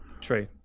true